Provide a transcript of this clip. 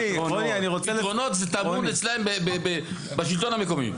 פתרונות זה טמון אצלם בשלטון המקומי.